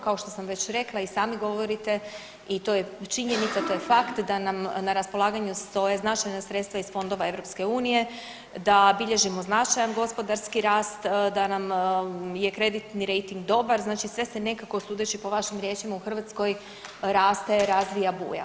Kao što sam već rekla i sami govorite i to je činjenica, to je fakt da nam na raspolaganju stoje značajna sredstava iz fondova EU, da bilježimo značajan gospodarski rast, da nam je kreditni rejting dobar, znači sve se nekako sudeći po vašim riječima u Hrvatskoj raste, razvija, buja.